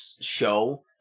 show